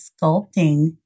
sculpting